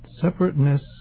separateness